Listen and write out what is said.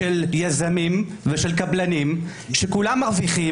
של יזמים ושל קבלנים שכולם מרוויחים,